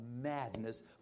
madness